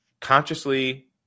consciously